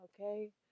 Okay